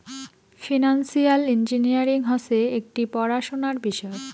financial engineering হসে একটি পড়াশোনার বিষয়